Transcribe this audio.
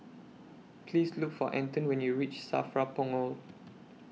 Please Look For Anton when YOU REACH SAFRA Punggol